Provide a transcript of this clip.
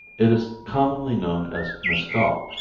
it is commonly known as mescal,